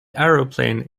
aeroplane